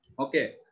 Okay